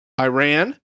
Iran